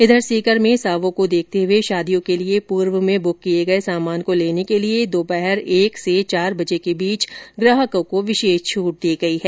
इधर सीकर में सावों को देखते हुए शादियों के लिए पूर्व में बुक किए गए सामान को लेने के लिए दोपहर एक से चार बजे के बीच ग्रहाकों को विशेष छूट दी गई है